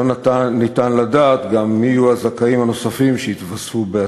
לא ניתן לדעת גם מי יהיו הזכאים הנוספים שיתווספו בעתיד.